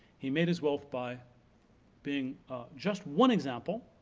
he made his wealth by being just one example,